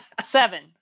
Seven